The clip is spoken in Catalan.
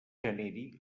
generi